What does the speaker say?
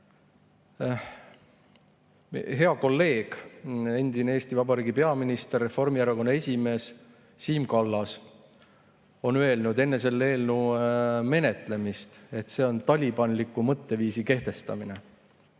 kolleeg, endine Eesti Vabariigi peaminister, Reformierakonna esimees Siim Kallas on öelnud enne selle eelnõu menetlemist, et see on talibanliku mõtteviisi kehtestamine.